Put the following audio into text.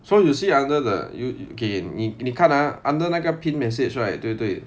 so you see under the you K 你你看 ah under 那个 pin message right 对对